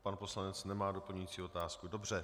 Pan poslanec nemá doplňující otázku, dobře.